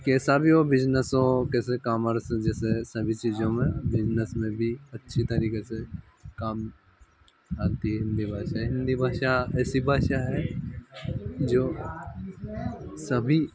कैसा भी हो बिजनेस हो जैसे कामर्स जैसे सभी चीज़ों में बिजनेस में भी अच्छी तरीक़े से काम आती है हिंदी भाषा हिंदी भाषा ऐसी भाषा है जो सभी